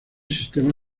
sistema